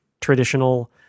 traditional